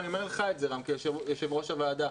אני אומר את זה לך, רם, יושב-ראש הוועדה.